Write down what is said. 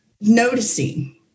noticing